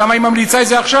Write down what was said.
אז למה היא ממליצה את זה עכשיו?